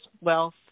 wealth